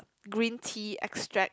green tea extract